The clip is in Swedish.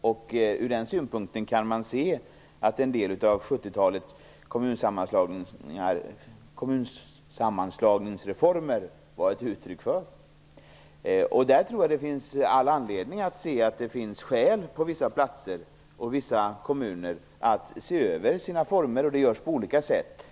Man kan se en del av 70-talets kommunsammanslagningsreformer som ett uttryck för den. Det finns därför i vissa kommuner skäl att se över sina organisationsformer, och det görs på olika sätt.